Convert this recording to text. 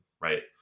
Right